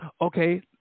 Okay